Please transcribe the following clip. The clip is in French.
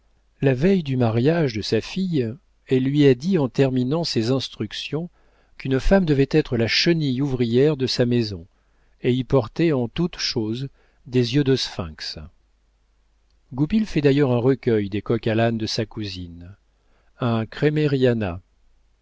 la veille du mariage de sa fille elle lui a dit en terminant ses instructions qu'une femme devait être la chenille ouvrière de sa maison et y porter en toute chose des yeux de sphinx goupil fait d'ailleurs un recueil des coq-à-l'âne de sa cousine un